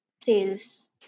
sales